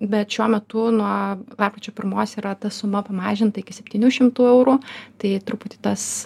bet šiuo metu nuo lapkričio pirmos yra ta suma pamažinta iki septynių šimtų eurų tai truputį tas